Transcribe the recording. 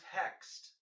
text